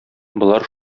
болар